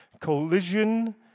Collision